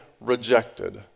rejected